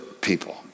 people